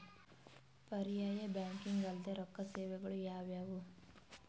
ಪರ್ಯಾಯ ಬ್ಯಾಂಕಿಂಗ್ ಅಲ್ದೇ ರೊಕ್ಕ ಸೇವೆಗಳು ಯಾವ್ಯಾವು?